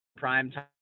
primetime